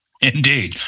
indeed